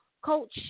Coach